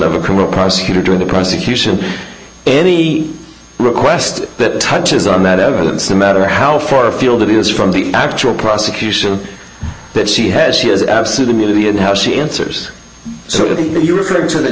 of a criminal prosecutor during the prosecution any request that touches on that evidence no matter how far afield it is from the actual prosecution that she has she has absolute immunity and how she answers so if you refer to th